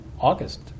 August